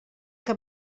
que